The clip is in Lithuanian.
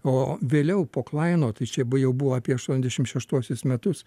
o vėliau po klaino tai čia jau buvo apie aštuoniasdešimt šeštuosius metus